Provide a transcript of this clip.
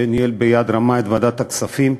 שניהל ביד רמה את ועדת הכספים,